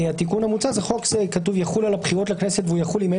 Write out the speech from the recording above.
התיקון המוצע זה: חוק זה יחול על הבחירות לכנסת והוא יחול אם אין